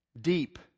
deep